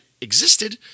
existed